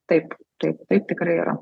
taip taip taip tikrai yra